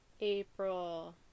April